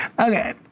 okay